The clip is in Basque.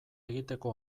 egiteko